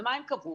ומה הם קבעו?